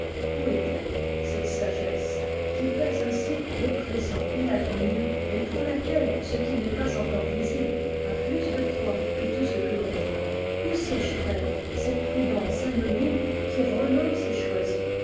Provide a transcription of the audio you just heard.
où est-elle cette sagesse qui pèse ainsi le présent et l'avenir et pour laquelle ce qui n'est pas encore visible a plus de poids que tout ce que l'on voit où siège t elle cette prudence anonyme qui renonce et choisit